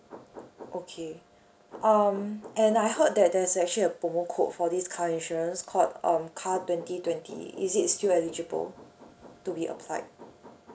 okay um and I heard that there's actually a promo code for this car insurance called um car twenty twenty is it still eligible to be applied